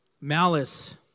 Malice